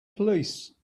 police